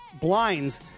blinds